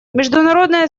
международное